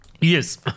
Yes